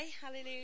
hallelujah